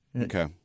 Okay